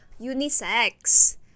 unisex